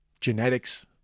genetics